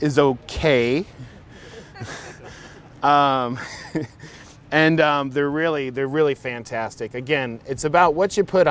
is ok and they're really they're really fantastic again it's about what you put